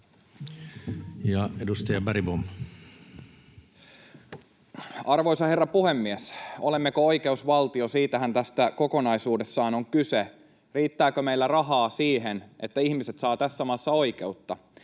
Time: 14:18 Content: Arvoisa herra puhemies! Olemmeko oikeusvaltio? Siitähän tässä kokonaisuudessa on kyse: riittääkö meillä rahaa siihen, että ihmiset saavat tässä maassa oikeutta?